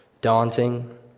daunting